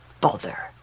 Bother